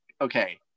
okay